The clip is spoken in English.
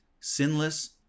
sinless